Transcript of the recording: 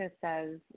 says